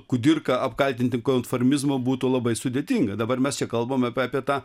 kudirką apkaltinti konformizmu būtų labai sudėtinga dabar mes čia kalbam apie tą